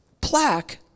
plaque